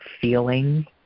feeling